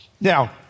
Now